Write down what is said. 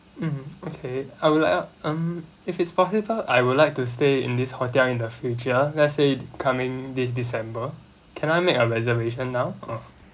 mmhmm okay I would like uh um if it's possible I would like to stay in this hotel in the future let's say coming this december can I make a reservation now uh